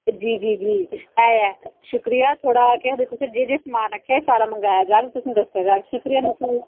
जी जी जी है ऐ शुक्रिया थुआढ़ा केह् आखदे तुसें जे जे समान आखेआ एह् सारा मंगोआया जाह्ग तुसें दस्सेआ जाह्ग शुक्रिया निशू